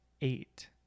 eight